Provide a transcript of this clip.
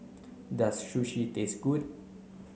does Sushi taste good